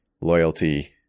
loyalty